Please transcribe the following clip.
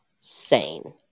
sane